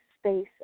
space